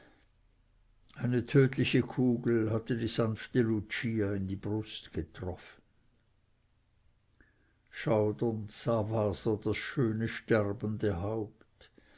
eine tödliche kugel hatte die sanfte lucia in die brust getroffen schaudernd sah waser das schöne sterbende haupt